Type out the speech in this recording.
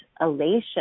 elation